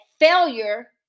failure